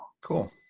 Cool